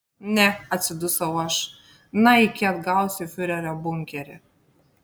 ne atsidusau aš na iki atgausiu fiurerio bunkerį